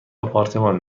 آپارتمان